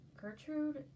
Gertrude